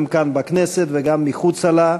גם כאן בכנסת וגם מחוצה לה.